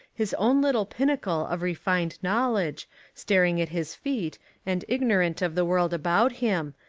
his own lit tle pinnacle of refined knowledge staring at his feet and ignorant of the world about him,